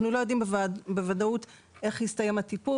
אנחנו לא יודעים בוודאות איך יסתיים הטיפול.